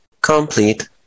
complete